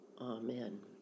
Amen